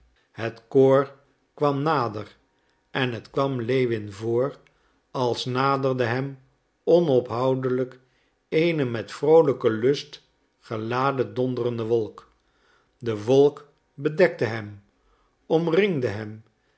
het koor kwam nader en het kwam lewin voor als naderde hem onophoudelijk eene met vroolijken lust geladen donderende wolk de wolk bedekte hem omringde hem